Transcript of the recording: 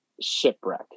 shipwreck